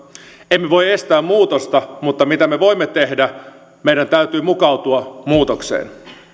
emme voi estää muutosta mutta mitä me voimme tehdä meidän täytyy mukautua muutokseen